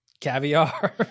caviar